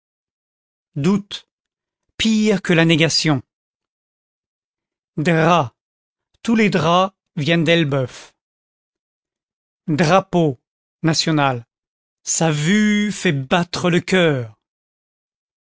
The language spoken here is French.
doute pire que la négation drap tous les draps viennent d'elbeuf drapeau national sa vue fait battre le coeur